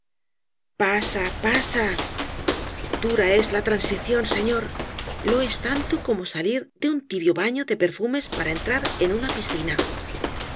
pasa pasa dura es la transición señor lo es tanto como salir de un tibio baño de perfumes para entrar en una piscina